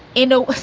you know,